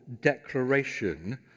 declaration